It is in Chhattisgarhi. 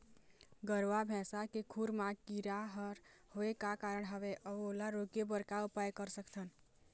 गरवा भैंसा के खुर मा कीरा हर होय का कारण हवए अऊ ओला रोके बर का उपाय कर सकथन?